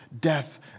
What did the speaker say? death